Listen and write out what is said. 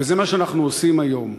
וזה מה שאנחנו עושים היום,